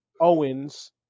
Owens